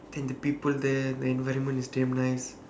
then the people there the environment is damn nice